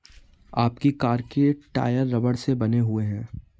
आपकी कार के टायर रबड़ से बने हुए हैं